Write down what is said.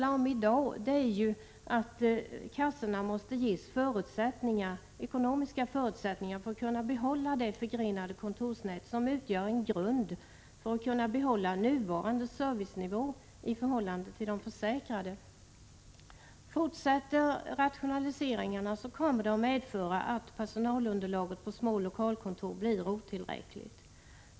Vad det i dag handlar om är att kassorna ges ekonomiska förutsättningar för att kunna behålla det förgrenade kontorsnät som utgör en grund för bibehållande av nuvarande servicenivå i förhållande till de försäkrade. Fortsätter rationaliseringarna blir följden att personalunderlaget på små lokalkontor blir otillräckligt.